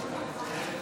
ההצעה